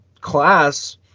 class